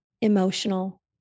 emotional